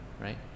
right